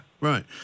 Right